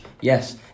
Yes